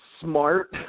smart